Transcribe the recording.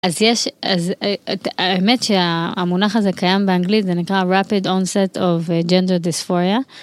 האמת שהמונח הזה קיים באנגלית, זה נקרא rapid onset of gender dysphoria.